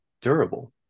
durable